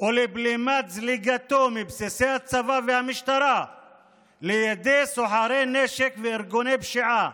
או לבלימת זליגתו מבסיסי הצבא והמשטרה לידי סוחרי נשק וארגוני פשיעה